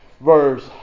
verse